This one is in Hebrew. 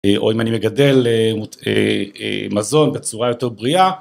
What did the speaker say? או אם אני מגדל מזון בצורה יותר בריאה.